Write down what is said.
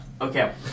Okay